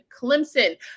Clemson